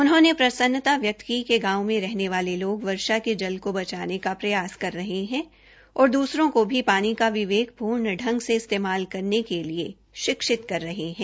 उन्होंने प्रसन्नता व्यक्त की कि गांव में रहने वाले लोग वर्षा के जल को बचाने का प्रयास कर रहे है और दूसरों को भी पानी का विवेकपूर्ण ढ़ग से इस्तेमाल करने के लिए शिक्षित कर रहे है